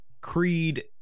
Creed